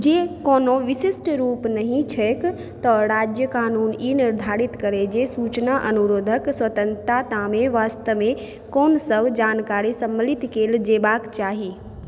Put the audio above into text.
जँ कोनो विशिष्ट रूप नहि छैक तँ राज्य कानून ई निर्धारित करे जे सूचना अनुरोधक स्वतन्त्रतामे वास्तवमे कोन सब जानकारी सम्मिलित कयल जेबाक चाही